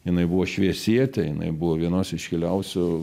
jinai buvo šviesietė jinai buvo vienos iškiliausių